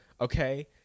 Okay